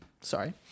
sorry